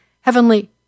Heavenly